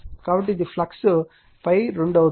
కాబట్టి ఇది ఫ్లక్స్ ∅2 అవుతుంది